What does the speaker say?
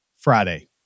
Friday